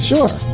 Sure